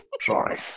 sorry